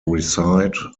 reside